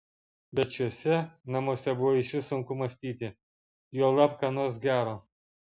bet šiuose namuose buvo išvis sunku mąstyti juolab ką nors gero